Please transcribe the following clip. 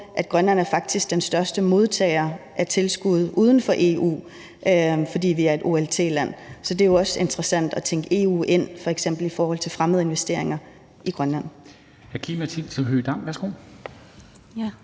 at Grønland faktisk er den største modtager af tilskud uden for EU, fordi vi er et OLT-land, så det er jo også interessant at tænke EU ind, f.eks. i forhold til fremmede investeringer i Grønland.